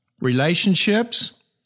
relationships